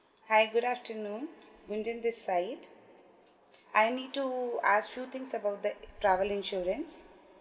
hi good afternoon gunjan this side I need to ask few things about the travel insurance